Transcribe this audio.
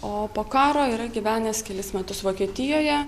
o po karo yra gyvenęs kelis metus vokietijoje